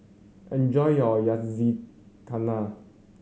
enjoy your Yakizakana